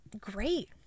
great